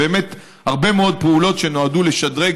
באמת הרבה מאוד פעולות שנועדו לשדרג